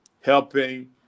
helping